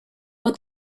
but